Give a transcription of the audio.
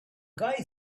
guy